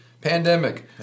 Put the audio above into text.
pandemic